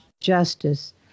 justice